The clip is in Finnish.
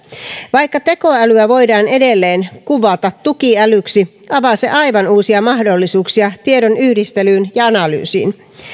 vaikka tekoälyä voidaan edelleen kuvata tukiälyksi avaa se aivan uusia mahdollisuuksia tiedon yhdistelyyn ja analyysiin